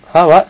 !huh! what